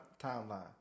timeline